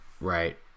Right